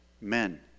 Men